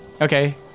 okay